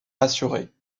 assurée